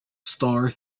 star